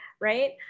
right